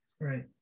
right